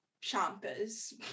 Champers